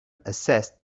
assessed